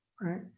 right